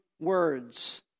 words